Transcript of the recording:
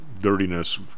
dirtiness